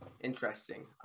Interesting